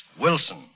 Wilson